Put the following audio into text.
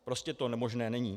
Prostě to možné není.